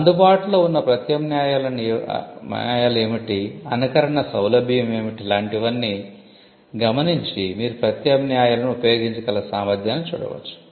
అందుబాటులో ఉన్న ప్రత్యామ్నాయాలు ఏమిటి అనుకరణ సౌలభ్యం ఏమిటి లాంటి వన్నీ గమనించి మీరు ప్రత్యామ్నాయాలను ఉపయోగించగల సామర్థ్యాన్ని చూడవచ్చు